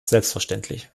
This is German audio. selbstverständlich